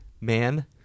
man